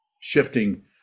Shifting